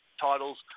titles